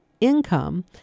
income